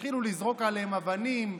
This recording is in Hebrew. התחילו לזרוק עליהם אבנים,